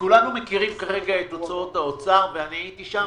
כולנו מכירים כרגע את הוצאות האוצר, והייתי שם.